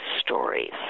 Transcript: stories